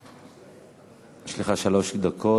יש לך שלוש דקות.